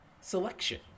Selection